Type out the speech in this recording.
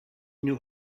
knew